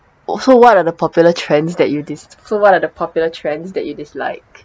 oh so what are the popular trends that you dis~ so what are the popular trends that you dislike